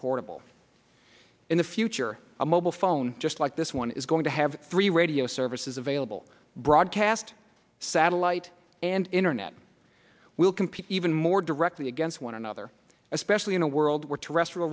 portable in the future a mobile phone just like this one is going to have three radio services available broadcast satellite and internet will compete even more directly against one another especially in a world where terrest